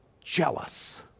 jealous